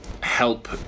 help